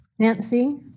Nancy